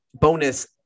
bonus